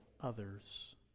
others